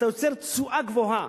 אתה יוצר תשואה גבוהה